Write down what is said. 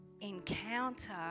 encounter